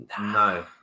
No